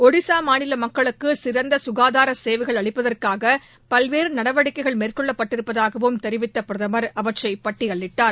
ஒடிஸா மாநில மக்களுக்கு சிறந்த சுகாதார சேவைகள் அளிப்பதற்காக பல்வேறு நடவடிக்கைகள் மேற்கொள்ளப்பட்டிருப்பதாகவும் தெரிவித்த பிரதமர் அவற்றை பட்டியலிட்டார்